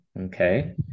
okay